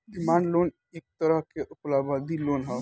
demand loan एक तरह के अल्पावधि लोन ह